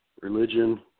religion